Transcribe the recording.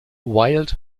wild